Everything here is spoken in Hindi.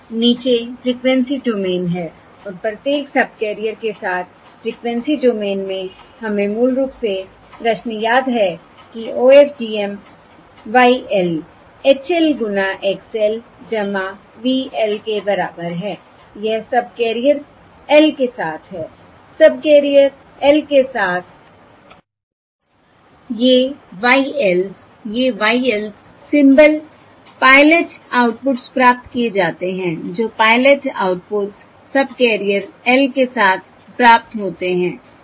नीचे फ्रिकवेंसी डोमेन है और प्रत्येक सबकैरियर के साथ फ्रिकवेंसी डोमेन में हमें मूल रूप से प्रश्न याद है कि OFDM Y l H l गुना X l V l के बराबर है यह सबकैरियर l के साथ है सबकैरियर l के साथI ये Y ls ये Y ls symbol pilot outputs प्राप्त किए जाते हैं जो पायलट आउटपुट्स सबकैरियर L के साथ प्राप्त होते हैं